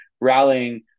rallying